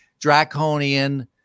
draconian